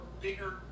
bigger